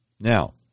Now